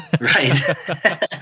right